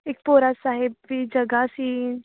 ਇੱਕ ਭੋਰਾ ਸਾਹਿਬ ਵੀ ਜਗ੍ਹਾ ਸੀ